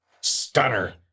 Stunner